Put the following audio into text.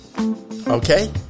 Okay